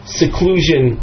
seclusion